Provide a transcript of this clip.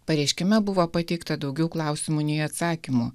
pareiškime buvo pateikta daugiau klausimų nei atsakymų